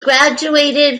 graduated